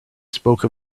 spoke